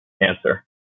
answer